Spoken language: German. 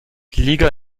liga